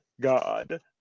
God